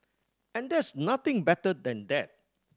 and there's nothing better than that